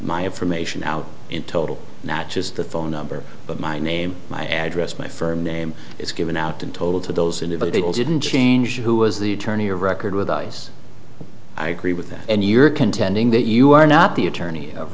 my information out in total not just the phone number but my name my address my firm name it's given out in total to those individuals didn't change who was the attorney of record with ice i agree with that and you're contending that you are not the attorney of